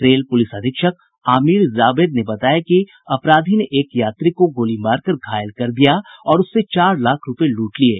rail police अधीक्षक आमिर जावेद ने बताया कि अपराधी ने एक यात्री को गोली मारकर घायल कर दिया और उससे चार लाख रूपये लूट लिये